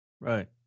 Right